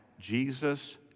Jesus